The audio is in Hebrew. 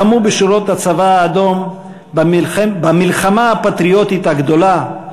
לחמו בשורות הצבא האדום ב"מלחמה הפטריוטית הגדולה",